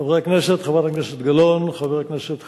חברי הכנסת, חברת הכנסת גלאון, חבר הכנסת חנין,